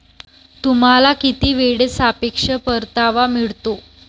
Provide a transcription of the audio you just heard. तुम्हाला किती वेळेत सापेक्ष परतावा मिळतो?